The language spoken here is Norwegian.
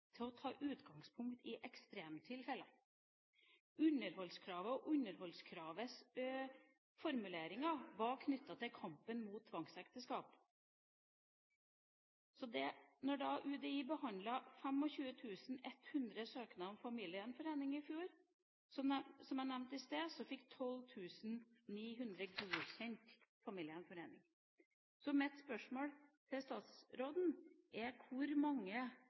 til å ta utgangspunkt i ekstremtilfeller. Underholdskravet og underholdskravets formuleringer er knyttet til kampen mot tvangsekteskap. Da UDI behandlet 25 100 søknader om familiegjenforening i fjor, som jeg nevnte i stad, fikk 12 900 godkjent familiegjenforening. Mitt spørsmål til statsråden er: For hvor mange